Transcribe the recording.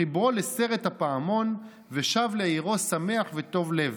חיברו לסרט הפעמון ושב לעירו שמח וטוב לב,